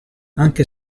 anche